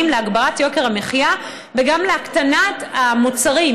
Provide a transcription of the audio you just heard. ולהעלאת יוקר המחיה וגם להקטנת מבחר המוצרים,